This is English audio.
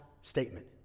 statement